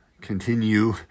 continue